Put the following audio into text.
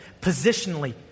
positionally